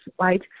right